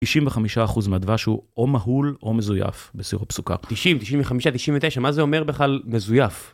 95% מהדבש הוא או מהול או מזויף בסירופסוכר. 90, 95, 99, מה זה אומר בכלל מזויף?